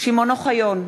שמעון אוחיון,